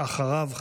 ואחריו,